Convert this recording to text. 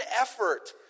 effort